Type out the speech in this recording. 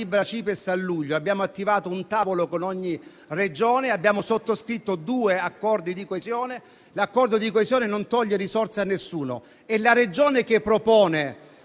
CIPES a luglio abbiamo attivato un tavolo con ogni Regione e abbiamo sottoscritto due accordi di coesione. L'accordo di coesione non toglie risorse a nessuno. È la Regione che propone